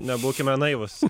nebūkime naivūs